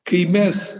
kai mes